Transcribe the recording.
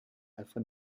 afin